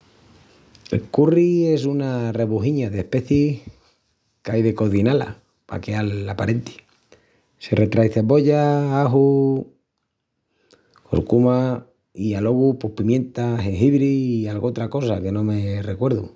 El curri es una rebujiña d'especiis qu’ai de coziná-la pa queal aparenti. Se retrai cebolla, aju i corcuma i alogu pos pimienta, jengibri i algotra cosa que no me recuerdu.